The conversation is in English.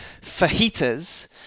fajitas